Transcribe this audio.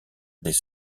des